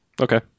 Okay